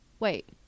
Wait